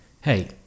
Hey